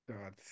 God